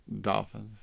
Dolphins